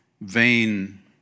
vain